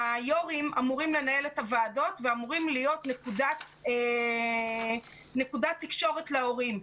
יושבי הראש אמורים לנהל את הוועדות ואמורים להיות נקודת תקשורת להורים.